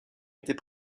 était